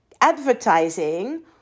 advertising